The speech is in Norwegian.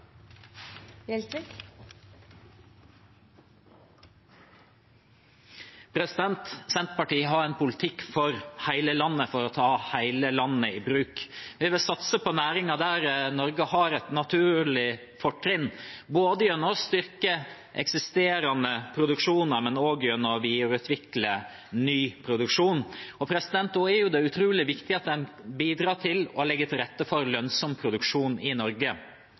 målene. Senterpartiet har en politikk for hele landet, for å ta hele landet i bruk. Vi vil satse på næringer der Norge har et naturlig fortrinn, gjennom å styrke eksisterende produksjoner, men også gjennom å videreutvikle ny produksjon. Da er det utrolig viktig at en bidrar til å legge til rette for lønnsom produksjon i